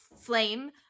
flame